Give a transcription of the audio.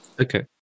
Okay